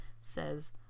says